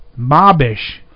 mobbish